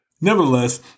Nevertheless